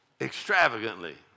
Extravagantly